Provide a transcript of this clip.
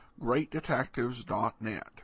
greatdetectives.net